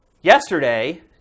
yesterday